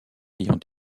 ayant